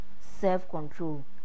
self-control